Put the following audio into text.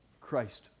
Christ